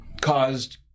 caused